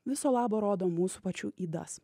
viso labo rodo mūsų pačių ydas